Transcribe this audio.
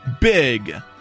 big